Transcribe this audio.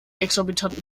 exorbitanten